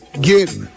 get